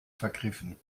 vergriffen